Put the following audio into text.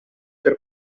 per